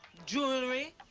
jewelry?